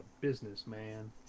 businessman